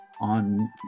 on